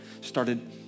started